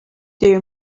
their